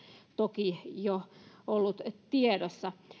toki jo ollut tiedossa